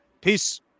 peace